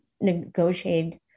negotiated